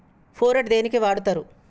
Phorate దేనికి వాడుతరు?